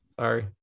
sorry